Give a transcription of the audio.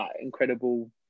incredible